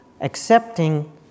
accepting